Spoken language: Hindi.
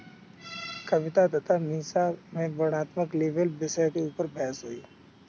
कविता तथा मीसा में वर्णनात्मक लेबल विषय के ऊपर बहस हुई